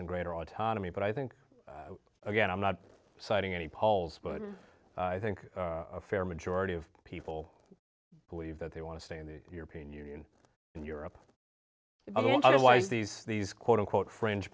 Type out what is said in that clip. and greater autonomy but i think again i'm not citing any polls but i think a fair majority of people believe that they want to stay in the european union in europe otherwise these these quote unquote fringe